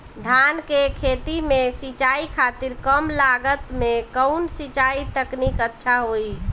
धान के खेती में सिंचाई खातिर कम लागत में कउन सिंचाई तकनीक अच्छा होई?